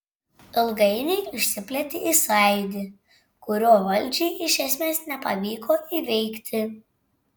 ilgainiui išsiplėtė į sąjūdį kurio valdžiai iš esmės nepavyko įveikti